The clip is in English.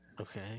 Okay